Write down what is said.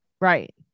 Right